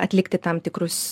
atlikti tam tikrus